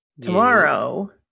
Tomorrow